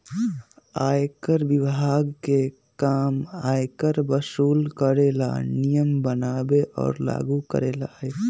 आयकर विभाग के काम आयकर वसूल करे ला नियम बनावे और लागू करेला हई